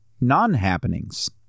non-happenings